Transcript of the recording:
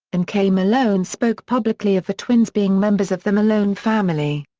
and kay malone spoke publicly of the twins being members of the malone family.